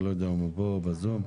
אני לא יודע אם פה או בזום.